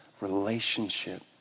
relationship